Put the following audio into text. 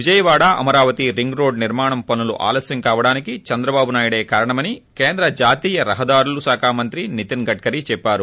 Vijayawada Amaravati ring road నిర్మాణ పనులు ఆలస్వం కావడానికి చంద్రబాబు నాయుడే కారణమని కేంద్ర జాతీయ రహదారుల శాఖ మంత్రి నీతిన్ గడ్కరీ చెప్పారు